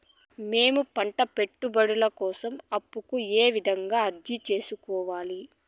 మేము పంట పెట్టుబడుల కోసం అప్పు కు ఏ విధంగా అర్జీ సేసుకోవాలి?